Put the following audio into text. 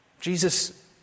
Jesus